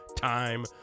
Time